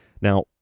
now